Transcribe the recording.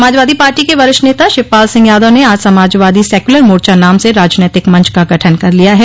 Samajwadi Party के वरिष्ठ नेता शिवपाल सिंह यादव ने आज समाजवादी सेक्यूलर मोर्चा नाम से राजनैतिक मंच का गठन कर लिया है